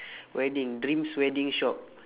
wedding drinks wedding shop